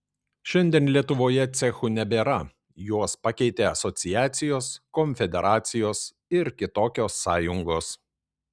šiandien lietuvoje cechų nebėra juos pakeitė asociacijos konfederacijos ir kitokios sąjungos